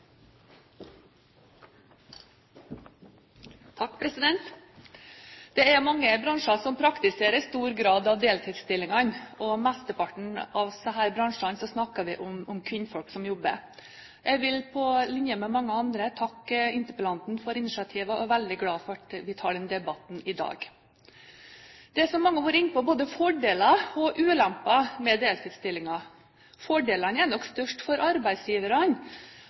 mange bransjer som praktiserer en stor grad av deltidsstillinger. I mesteparten av disse bransjene snakker vi om kvinner som jobber. Jeg vil på linje med mange andre takke interpellanten for initiativet, og er veldig glad for at vi tar denne debatten i dag. Det er, som mange har vært inne på, både fordeler og ulemper med deltidsstillinger. Fordelene er nok størst for arbeidsgiverne,